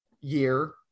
year